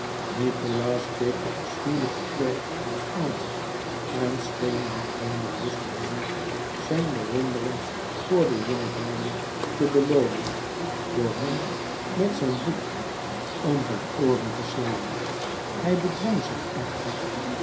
nikolaas keek den afschuwelijken klerk aan en scheen niet weinig lust te hebben zijn bewondgring voor de jongedame te beloonen door hem met zijn boek om zijn ooren te slaan hij bedwong zich echter